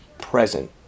present